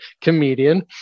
comedian